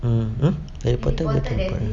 mmhmm harry potter betul pun